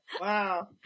Wow